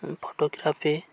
photo ᱜᱨᱟᱯᱷᱤ